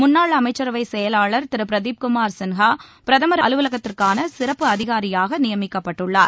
முன்னாள் அமைச்சரவை செயலாளா் திரு பிரதிப்குமாா் சின்ஹா பிரதமா் அலுவலகத்திற்கான சிறப்பு அதிகாரியாக நியமிக்கப்பட்டுள்ளார்